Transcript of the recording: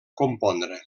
compondre